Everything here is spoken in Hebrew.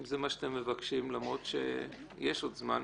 אם זה מה שאתם מבקשים, למרות שיש עוד זמן.